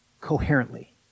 coherently